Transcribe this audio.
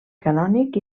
canònic